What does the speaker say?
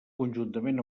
conjuntament